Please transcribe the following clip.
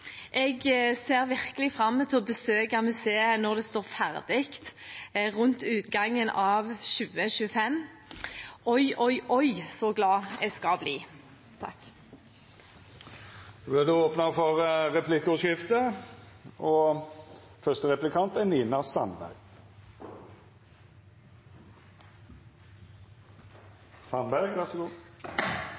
Jeg ser virkelig fram til å besøke museet når det står ferdig rundt utgangen av 2025. «Oj, oj, oj, så glad jeg skal bli»!